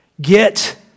Get